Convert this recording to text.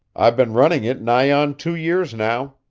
i've been running it nigh on two years now.